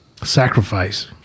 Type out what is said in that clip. sacrifice